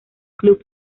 club